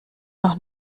noch